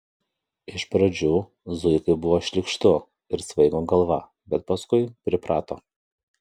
iš pradžių zuikai buvo šlykštu ir svaigo galva bet paskui priprato